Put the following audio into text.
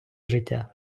життя